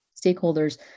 stakeholders